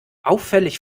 auffällig